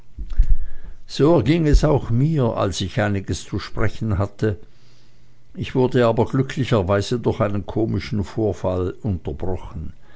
so erging es auch mir als ich einiges zu sprechen hatte ich wurde aber glücklicherweise durch einen komischen vorgang unterbrochen